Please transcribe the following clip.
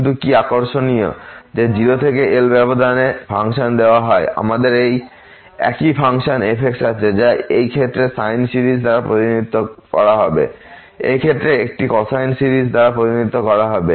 কিন্তু কি আকর্ষণীয় যে 0 থেকে L ব্যবধানে ফাংশন দেওয়া হয় আমাদের একই ফাংশন f আছে যা এই ক্ষেত্রে সাইন সিরিজ দ্বারা প্রতিনিধিত্ব করা হবে এই ক্ষেত্রে এটি কোসাইন সিরিজ দ্বারা প্রতিনিধিত্ব করা হবে